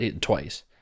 Twice